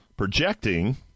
projecting